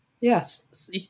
Yes